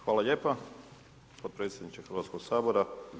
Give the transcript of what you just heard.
Hvala lijepa podpredsjedniče Hrvatskog sabora.